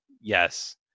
Yes